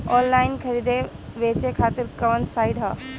Online खरीदे बेचे खातिर कवन साइड ह?